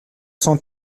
s’en